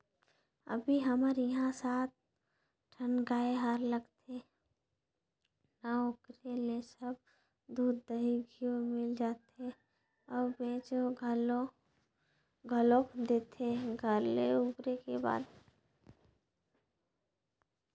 अभी हमर इहां सात ठन गाय हर लगथे ना ओखरे ले सब दूद, दही, घींव मिल जाथे अउ बेंच घलोक देथे घर ले उबरे के बाद